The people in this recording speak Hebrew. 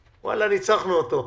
וואלה, ניצחנו אותו,